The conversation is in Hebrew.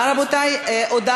רבותי, זהו,